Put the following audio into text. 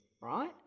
right